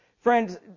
Friends